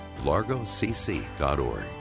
largocc.org